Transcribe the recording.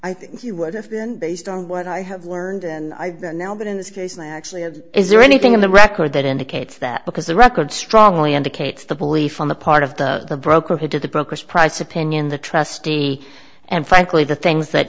i think he would have been based on what i have learned and i've been in this case and i actually have is there anything in the record that indicates that because the record strongly indicates the belief on the part of the broker who did the brokers price opinion the trustee and frankly the things that